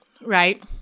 right